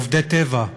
עובדי טבע.